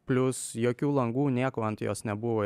plius jokių langų nieko ant jos nebuvo